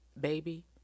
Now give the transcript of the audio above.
baby